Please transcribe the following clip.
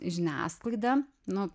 žiniasklaida nu